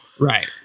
Right